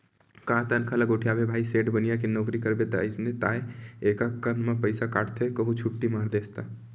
का तनखा ल गोठियाबे भाई सेठ बनिया के नउकरी करबे ता अइसने ताय एकक कन म पइसा काटथे कहूं छुट्टी मार देस ता